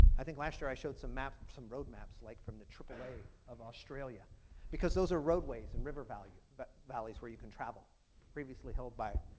i think last year i showed some maps some roadmaps like from the aaa of australia because those are roadways and river valleys but valleys where you can travel previously held by